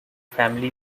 family